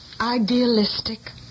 Idealistic